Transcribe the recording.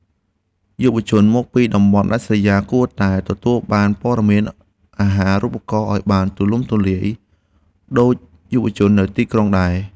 យុវជនមកពីតំបន់ដាច់ស្រយាលគួរតែទទួលបានព័ត៌មានអាហារូបករណ៍ឱ្យបានទូលំទូលាយដូចយុវជននៅទីក្រុងដែរ។